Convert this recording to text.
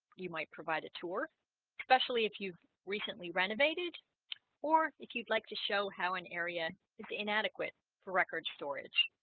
you might provide a tour especially if you've recently renovated or if you'd like to show how an area is inadequate for record storage